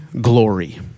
glory